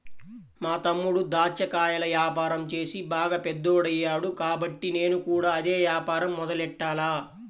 మా తమ్ముడు దాచ్చా కాయల యాపారం చేసి బాగా పెద్దోడయ్యాడు కాబట్టి నేను కూడా అదే యాపారం మొదలెట్టాల